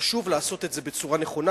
חשוב לעשות את זה בצורה נכונה,